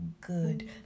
good